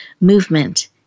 movement